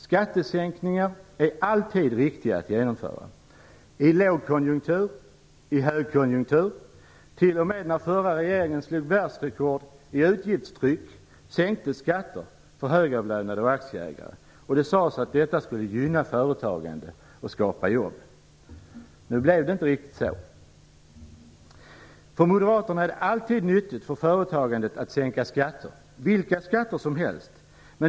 Skattesänkningar är alltid viktiga att genomföra - i lågkonjunktur, i högkonjunktur och t.o.m. när den förra regeringen slog världsrekord i utgiftstryck och sänkte skatter för högavlönade och aktieägare. Det sades att detta skulle gynna företagandet och skapa jobb. Nu blev det inte riktigt så. Enligt Moderaterna är det alltid nyttigt för företagandet att skatter sänks - vilka skatter som helst.